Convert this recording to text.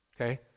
Okay